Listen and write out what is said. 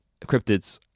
Cryptids